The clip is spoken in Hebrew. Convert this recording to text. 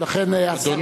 לכן השר,